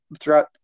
throughout